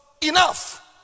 enough